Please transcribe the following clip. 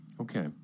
Okay